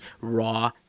raw